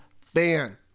fan